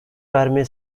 verme